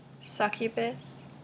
succubus